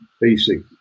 basic